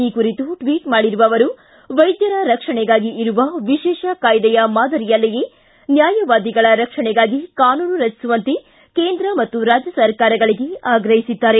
ಈ ಕುರಿತು ಟ್ವಿಟ್ ಮಾಡಿರುವ ಅವರು ವೈದ್ಯರ ರಕ್ಷಣೆಗಾಗಿ ಇರುವ ವಿಶೇಷ ಕಾಯ್ದೆಯ ಮಾದರಿಯಲ್ಲಿಯೇ ನ್ವಾಯವಾದಿಗಳ ರಕ್ಷಣೆಗಾಗಿ ಕಾನೂನು ರಚಿಸುವಂತೆ ಕೇಂದ್ರ ಮತ್ತು ರಾಜ್ಯ ಸರ್ಕಾಗಳನ್ನು ಆಗ್ರಹಿಸಿದ್ದಾರೆ